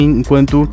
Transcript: enquanto